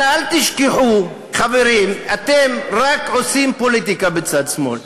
אל תשכחו, חברים, אתם רק עושים פוליטיקה בצד שמאל.